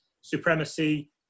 Supremacy